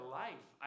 life